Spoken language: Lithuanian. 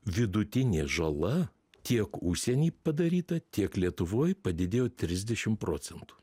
vidutinė žala tiek užsieny padaryta tiek lietuvoj padidėjo trisdešim procentų